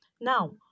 now